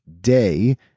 day